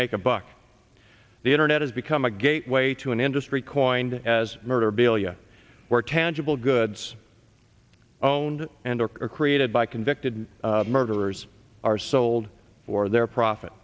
make a buck the internet has become a gateway to an industry coined as murder balia where tangible goods owned and or created by convicted murderers are sold for their profit